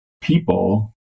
people